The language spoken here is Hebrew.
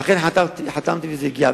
ואכן חתמתי וזה הגיע.